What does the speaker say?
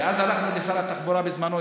אז הלכנו לשר התחבורה בזמנו,